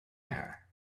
air